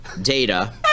data